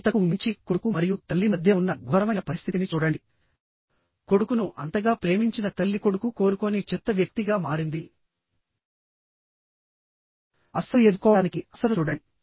అంతకు మించి కొడుకు మరియు తల్లి మధ్య ఉన్న ఘోరమైన పరిస్థితిని చూడండి కొడుకును అంతగా ప్రేమించిన తల్లి కొడుకు కోరుకోని చెత్త వ్యక్తిగా మారింది అస్సలు ఎదుర్కోవటానికి అస్సలు చూడండి